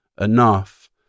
enough